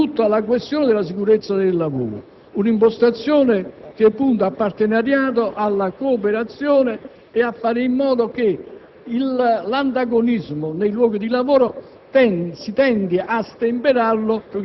un magistrato con questo tipo d'impostazione non solo può disarticolare, ma anche discriminare tra un'azienda e l'altra. Pertanto, abbiamo presentato questi tre emendamenti